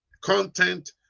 content